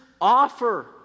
offer